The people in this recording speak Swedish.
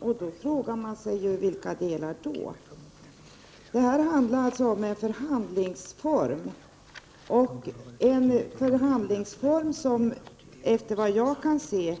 Man frågar sig då vilka delar det kan bli fråga om. Det handlar här om en förhandlingsform. Enligt vad jag kan se är det fråga om en